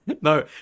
No